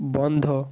বন্ধ